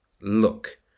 Look